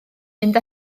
mynd